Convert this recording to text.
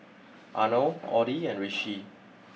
Arnold Audie and Rishi